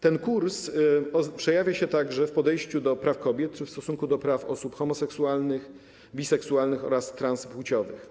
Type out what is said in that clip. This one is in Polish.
Ten kurs przejawia się także w podejściu do praw kobiet czy w stosunku do praw osób homoseksualnych, biseksualnych oraz transpłciowych.